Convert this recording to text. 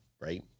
right